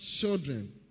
children